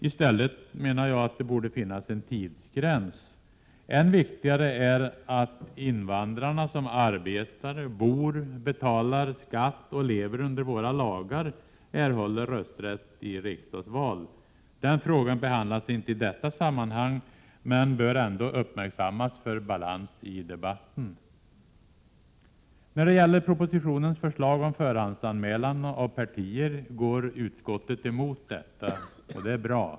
I stället borde en tidsgräns finnas. Än viktigare är att invandrarna som arbetar. bor. betalar skatt och lever under våra lagar erhåller rösträtt i riksdagsval. Den frågan behandlas inte i detta sammanhang men bör ändå uppmärksammas för balans i debatten. Propositionens förslag om förhandsanmälan av partier går utskottet emot. Det är bra.